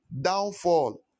Downfall